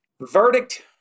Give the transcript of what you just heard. Verdict